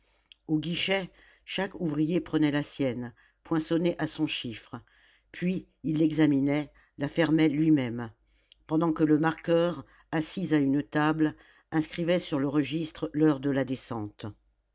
au guichet chaque ouvrier prenait la sienne poinçonnée à son chiffre puis il l'examinait la fermait lui-même pendant que le marqueur assis à une table inscrivait sur le registre l'heure de la descente